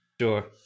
sure